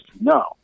no